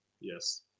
Yes